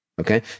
Okay